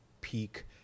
peak